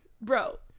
Bro